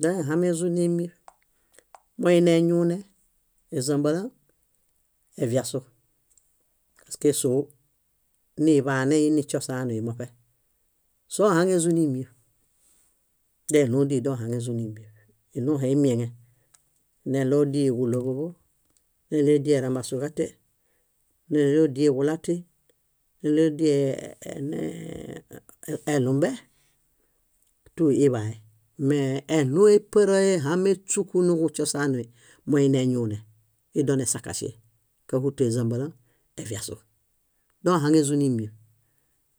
Doehamezuni ímieṗ, moini eñuune, ézambala, eviasu, paske sóo niḃanei niśosaanui muṗe. Sohaŋezuni ímieṗ. Deɭũ díi, dohaŋezuni ímieṗ. Iɭũhe imieŋe: neɭo díi kúɭoḃoḃo, neɭo díie erambasuġate, neɭo díie kulati, neɭo díie eɭumbe, tú iḃae. Mee eɭũhe éparae ehame éśuku nuġśosaanui moini eñuune, ídoo nesakaŝe. Káhuto ézambala, eviasu. Dohaŋezuni ímieṗ.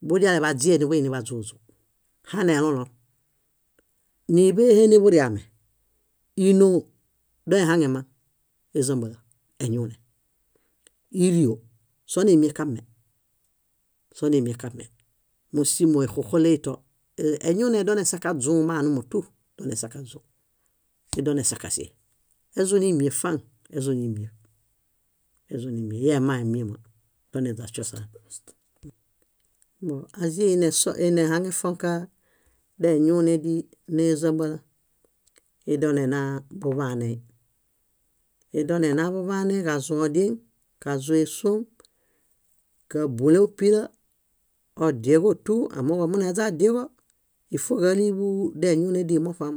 Budiale baźiee niḃuini baźuźũ, hanielolon. Níḃehe niḃuriame, ínoo doehaŋemaŋ, ézumbala, eñuune. Írio sóo nimieŋ kamel, sóo nimieŋ kamel. Mósimo éxoxole einto. Eñuune donesakaźũ manumo tú, donesakaźũ. Íi donesakaŝe, eźuni ímieṗ faŋ, eźuni ímieṗ, eźuni ímieṗ. Íi emãe míama. Doneźa śosaan. Ázie íi nehaŋefõka deñuune díi nézambala, íi donena buḃaane, íi donena buḃaane: kazũ odieŋ, kazũ ésuom, kábolen ópila, odieġo, tú. Amooġo omunaeźa odieġo, ífoġaliḃu deñuune díi moṗam.